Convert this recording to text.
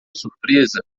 surpresa